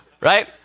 Right